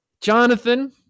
Jonathan